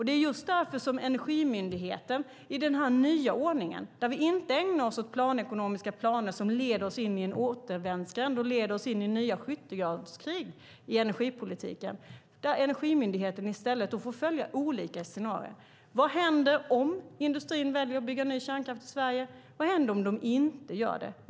Det är just därför som Energimyndigheten enligt den nya ordningen, där vi inte ägnar oss åt planekonomiska program som leder oss in i en återvändsgränd och nya skyttegravskrig i energipolitiken, får följa olika scenarier. Vad händer om industrin väljer att bygga nya kärnkraftverk i Sverige? Vad händer om den inte gör det?